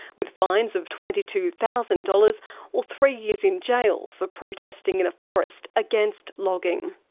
with fines of twenty two thousand dollars or three years in jail for protesting in a forest against logging.